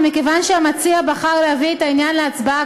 ומכיוון שהמציע בחר להביא את העניין להצבעה